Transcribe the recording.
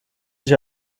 sich